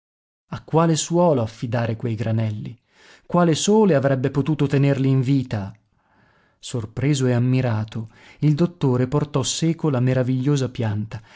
a quale suolo affidare quei granelli quale sole avrebbe potuto tenerli in vita sorpreso e ammirato il dottore portò seco la meravigliosa pianta